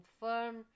firm